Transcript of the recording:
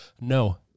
no